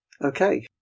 Okay